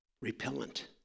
repellent